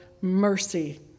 mercy